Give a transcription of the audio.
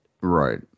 Right